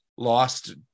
lost